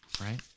right